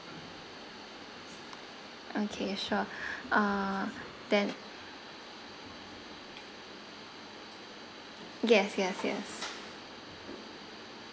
okay sure uh then yes yes yes